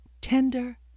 tender